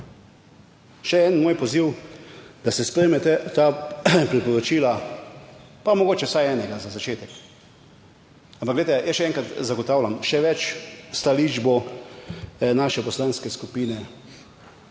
Še en moj poziv, da se sprejme ta priporočila, pa mogoče vsaj enega za začetek, ampak glejte, jaz še enkrat zagotavljam, še več stališč bo naše poslanske skupine,